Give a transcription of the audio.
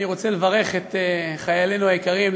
אני רוצה לברך את חיילינו היקרים,